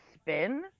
spin